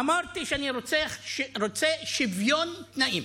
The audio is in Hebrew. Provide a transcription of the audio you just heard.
אמרתי שאני רוצה שוויון תנאים.